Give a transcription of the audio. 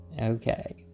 okay